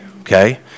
okay